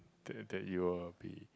that that you will be